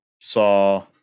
saw